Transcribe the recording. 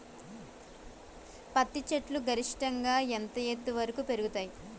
పత్తి చెట్లు గరిష్టంగా ఎంత ఎత్తు వరకు పెరుగుతయ్?